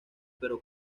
pero